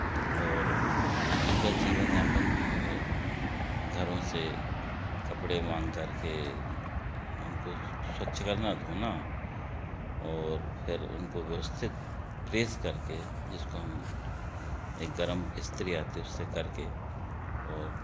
और उनका जीवन यापन भी जो है घरों से कपड़े मांग कर के उनको स्वच्छ करना धोना और फिर उनको व्यवस्थित प्रेस करके जिसको हम एक गर्म इस्त्री आती है उससे करके और